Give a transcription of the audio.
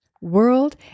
World